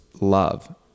love